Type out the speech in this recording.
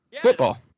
Football